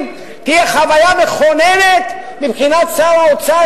תהיה חוויה מכוננת מבחינת שר האוצר,